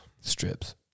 Strips